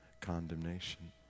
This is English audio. condemnation